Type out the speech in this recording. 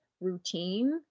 routine